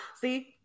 See